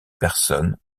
personnes